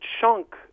chunk